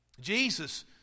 Jesus